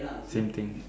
same thing